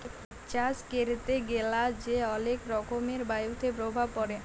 চাষ ক্যরতে গ্যালা যে অলেক রকমের বায়ুতে প্রভাব পরে